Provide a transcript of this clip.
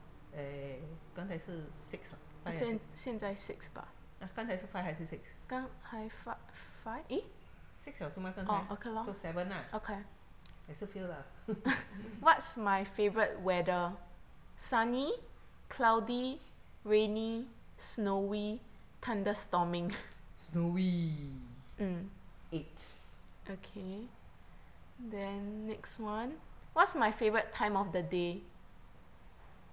eh 刚才是 six hor 啊刚才是 five 还是 six eh six 了是吗刚才 so seven lah 还是 fail lah snowy eight